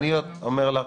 אני אומרת לך,